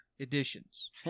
editions